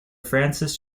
francis